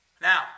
Now